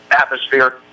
atmosphere